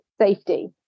safety